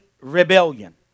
rebellion